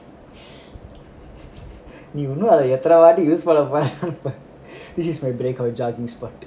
நீ இன்னும் எத்தின வாட்டி யூஸ் பண்ண போற:nee innum ethina vaati use panna pora this is my breakup